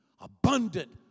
abundant